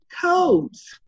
codes